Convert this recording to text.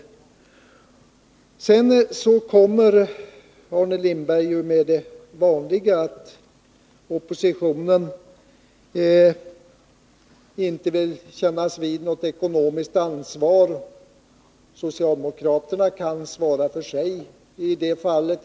Sedan kommer Arne Lindberg med det vanliga, nämligen att oppositionen inte vill kännas vid något ekonomiskt ansvar. Socialdemokraterna kan svara för sig i det här fallet.